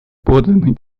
подлинной